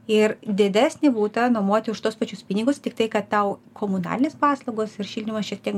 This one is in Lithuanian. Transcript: ir didesnį butą nuomoti už tuos pačius pinigus tik tai kad tau komunalinės paslaugos ir šildymas šiek tiek